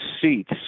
seats